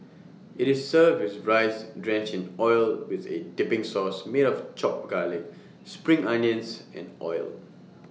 IT is served with rice drenched in oil with A dipping sauce made of chopped garlic spring onions and oil